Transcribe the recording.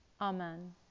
Amen